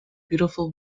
beautiful